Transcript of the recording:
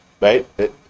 right